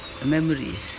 memories